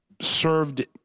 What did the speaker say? served